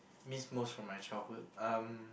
miss most from my childhood um